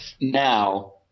now